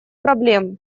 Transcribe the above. проблем